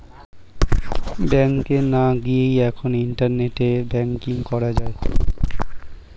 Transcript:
ব্যাংকে না গিয়েই এখন ইন্টারনেটে ব্যাঙ্কিং করা যায়